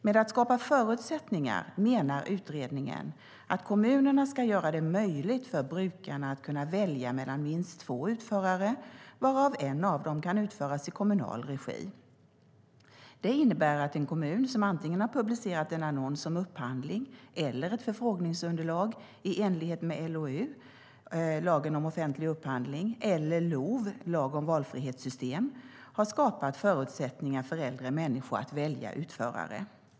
Med att skapa förutsättningar menar utredningen att kommunerna ska göra det möjligt för brukarna att kunna välja mellan minst två utförare, varav en av dem i kommunal regi. Det innebär att en kommun som antingen har publicerat en annons om upphandling eller ett förfrågningsunderlag i enlighet med LOU eller LOV har skapat förutsättningar för äldre människor att välja utförare.